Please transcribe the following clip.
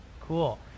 Cool